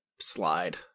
slide